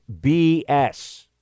BS